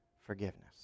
forgiveness